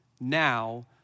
now